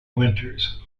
winters